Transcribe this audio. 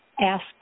asked